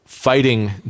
Fighting